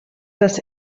das